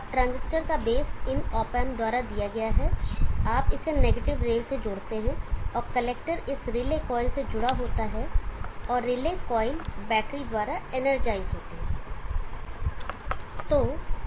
अब ट्रांजिस्टर का बेस इन ऑप एंप द्वारा दिया गया है आप इसे नेगेटिव रेल से जोड़ते हैं और कलेक्टर इस रिले कॉइल से जुड़ा होता है और रिले कॉइल बैटरी द्वारा इनरजाइज होता है